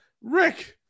Rick